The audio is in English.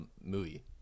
movie